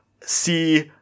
see